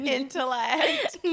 intellect